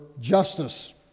justice